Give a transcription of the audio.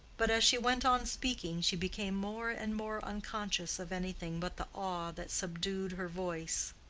but, as she went on speaking, she became more and more unconscious of anything but the awe that subdued her voice.